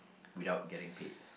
without getting paid